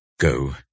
Go